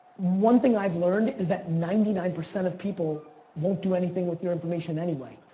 one thing i've learned, is that ninety nine percent of people won't do anything with your information anyway.